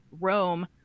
Rome